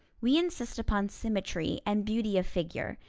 we insist upon symmetry and beauty of figure.